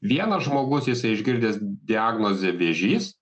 vienas žmogus jisai išgirdęs diagnozę vėžys